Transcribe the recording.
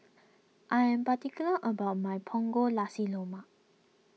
I am particular about my Punggol Nasi low mark